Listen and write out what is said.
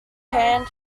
hand